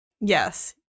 Yes